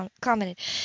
commented